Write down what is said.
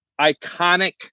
iconic